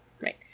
right